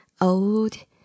old